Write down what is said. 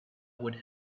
would